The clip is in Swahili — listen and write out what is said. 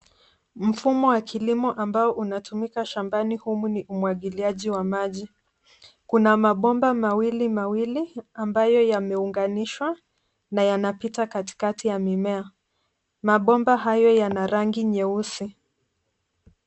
Mfumo wa kilimo ambao unatumika shambani humu ni umwagiliaji wa maji. Kuna mabomba mawili mawili ambayo yameunganishwa na yanapita katikati ya mimea. Mabomba hayo yana rangi nyeusi.